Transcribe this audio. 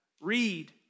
Read